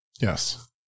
Yes